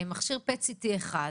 מכשיר PET CT אחד,